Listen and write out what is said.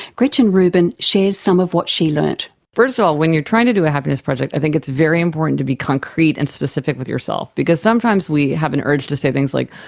gretchen rubin shares some of what she's learned. first of all when you're trying to do a happiness project, i think it's very important to be concrete and specific with yourself, because sometimes we have an urge to say things like,